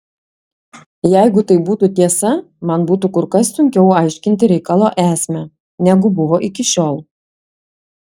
jeigu tai būtų tiesa man būtų kur kas sunkiau aiškinti reikalo esmę negu buvo iki šiol